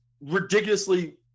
ridiculously